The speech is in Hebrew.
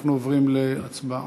אנחנו עוברים להצבעה.